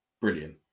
brilliant